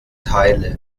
teile